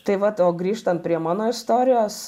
tai vat o grįžtant prie mano istorijos